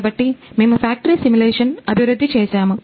కాబట్టి మేము factory simulation అభివృద్ధి చేసాము